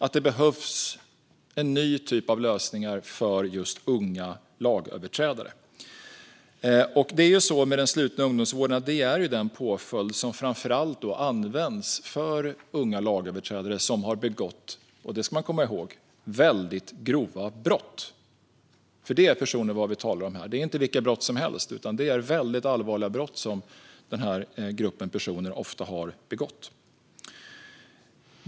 Det behövs en ny typ av lösningar för just unga lagöverträdare. Den slutna ungdomsvården är den påföljd som framför allt används för unga lagöverträdare som har begått - det ska man komma ihåg - mycket grova brott. Det är vad vi talar om här. Det är inte fråga om vilka brott som helst, utan det är ofta väldigt allvarliga brott som denna grupp personer har begått.